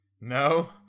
No